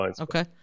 Okay